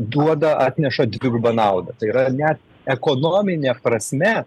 duoda atneša dvigubą naudą tai yra net ekonomine prasme